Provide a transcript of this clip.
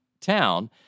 town